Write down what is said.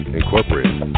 Incorporated